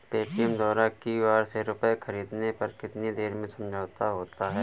Paytm द्वारा QR से रूपए ख़रीदने पर कितनी देर में समझौता होता है?